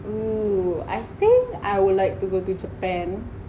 !woo! I think I would like to go to japan